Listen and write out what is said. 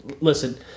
listen